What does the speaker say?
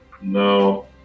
No